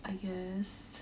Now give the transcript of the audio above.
I guess